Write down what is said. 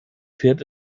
fährt